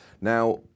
Now